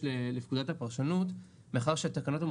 פרסום לוועדה --- כמובן שאתם צריכים לקחת